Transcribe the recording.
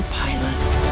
pilots